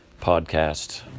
podcast